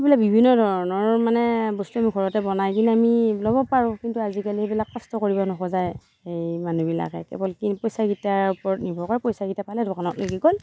সেইবিলাক বিভিন্ন ধৰণৰ মানে বস্তু আমি ঘৰতে বনাই কিনে আমি ল'ব পাৰোঁ কিন্তু আজিকালি এইবিলাক কষ্ট কৰিব নোখোজে এই মানুহ বিলাকে কেৱল পইচা কিটাৰ ওপৰত নিৰ্ভৰ কৰে পইচা কিটা পালে দোকানক লিগি গ'ল